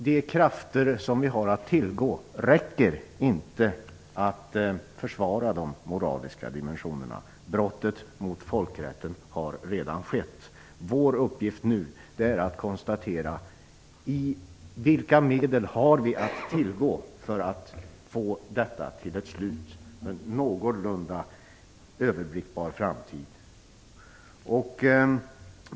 De krafter som vi har att tillgå räcker inte för att försvara de moraliska dimensionerna. Brottet mot folkrätten har redan skett. Vår uppgift nu är att konstatera vilka medel vi har att tillgå för att få detta till ett slut inom en någorlunda överblickbar framtid.